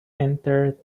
entered